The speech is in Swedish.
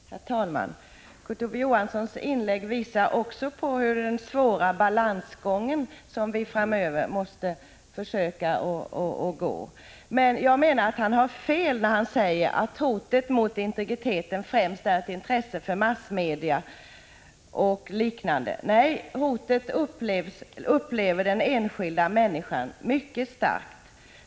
Herr talman! Kurt Ove Johanssons inlägg visar på den svåra balansgång som vi framöver måste försöka gå. Men jag menar att han har fel när han säger att hotet mot integriteten främst är ett intresse för massmedia o. d. Nej, hotet upplever den enskilda människan mycket starkt.